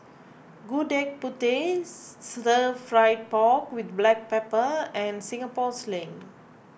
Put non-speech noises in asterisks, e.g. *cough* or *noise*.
Gudeg Putih *noise* Stir Fried Pork with Black Pepper and Singapore Sling